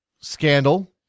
scandal